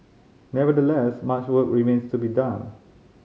nevertheless much work remains to be done